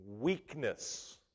weakness